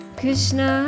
Krishna